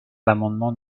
l’amendement